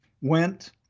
went